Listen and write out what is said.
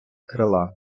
крила